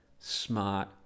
smart